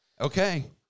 Okay